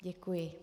Děkuji.